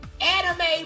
anime